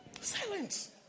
Silence